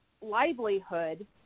livelihood